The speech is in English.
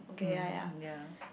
mm ya